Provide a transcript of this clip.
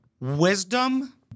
wisdom